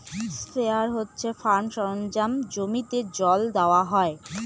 sprayer হচ্ছে farm সরঞ্জাম জমিতে জল দেওয়া হয়